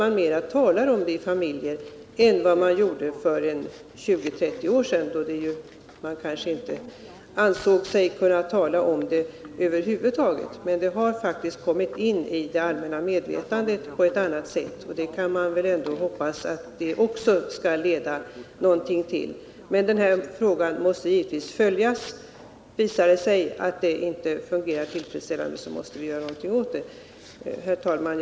Man talar mera om detta i familjerna än man gjorde för 20-30 år sedan, då man kanske inte ansåg sig kunna tala om det över huvud taget. Detta har faktiskt kommit in i det allmänna medvetandet på ett annat sätt än tidigare, och man kan väl ändå hoppas att det också skall leda till någonting. Men den här frågan måste givetvis följas. Visar det sig att detta inte fungerar tillfredsställande, så måste vi göra någonting åt det. Herr talman!